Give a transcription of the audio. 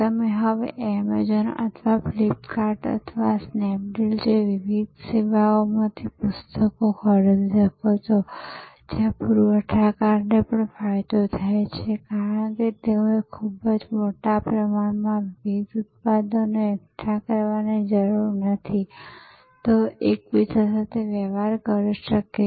તમે હવે એમેઝોન અથવા ફ્લિપકાર્ટ અથવા અન્ય સ્નેપ ડીલ જેવી વિવિધ સેવાઓમાંથી પુસ્તકો ખરીદી શકો છો જ્યાં પૂરવઠાકરને પણ ફાયદો થાય છે કારણ કે તેઓએ ખૂબ મોટા પ્રમાણમાં વિવિધ ઉત્પાદનો એકઠા કરવાની જરૂર નથી તેઓ એકબીજા સાથે વ્યવહાર કરી શકે છે